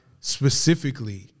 specifically